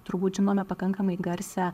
turbūt žinome pakankamai garsią